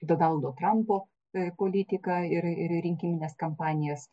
donaldo trampo politiką ir ir rinkimines kampanijas